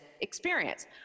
experience